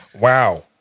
Wow